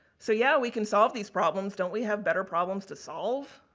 so yeah, we can solve these problems. don't we have better problems to solve?